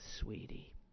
sweetie